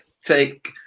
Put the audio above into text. take